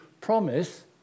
promise